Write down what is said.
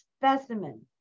specimen